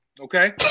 okay